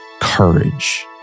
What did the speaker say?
courage